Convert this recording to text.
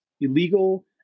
illegal